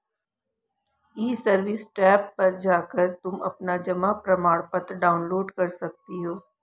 ई service tab पर जाकर तुम अपना जमा प्रमाणपत्र डाउनलोड कर सकती हो